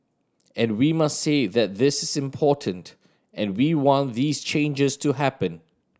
and we must say that this is important and we want these changes to happen